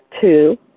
Two